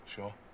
Sure